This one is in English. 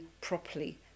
properly